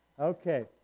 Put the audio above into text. Okay